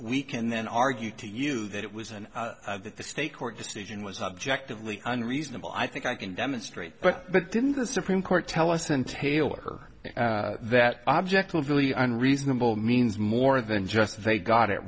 we can then argue to use that it was and that the state court decision was objectively unreasonable i think i can demonstrate but but didn't the supreme court tell us and taylor that objectively and reasonable means more than just they got it